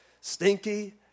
stinky